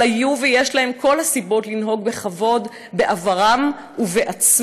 אבל היו ויש להם כל הסיבות לנהוג בכבוד בעברם ובעצמם,